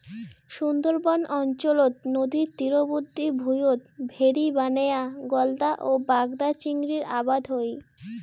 সুন্দরবন অঞ্চলত নদীর তীরবর্তী ভুঁইয়ত ভেরি বানেয়া গলদা ও বাগদা চিংড়ির আবাদ হই